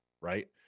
right